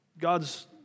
God's